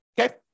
Okay